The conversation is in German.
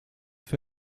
für